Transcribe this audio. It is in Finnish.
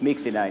miksi näin